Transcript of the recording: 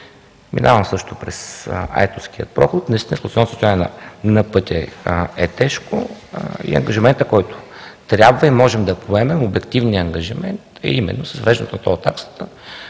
Минавам също през Айтоския проход. Наистина функционалното състояние на пътя е тежко и ангажиментът, който трябва и можем да поемем, обективният ангажимент, е именно въвеждането тол таксата